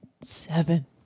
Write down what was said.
seven